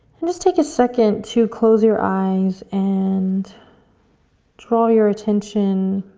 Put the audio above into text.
and just take a second to close your eyes and draw your attention